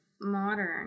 modern